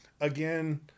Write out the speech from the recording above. again